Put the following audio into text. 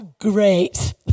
great